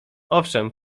owszem